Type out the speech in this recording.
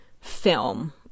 film